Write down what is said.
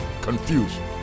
confusion